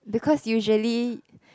because usually